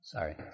Sorry